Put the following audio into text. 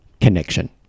connection